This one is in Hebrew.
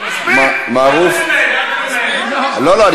מערוף, לא, לא.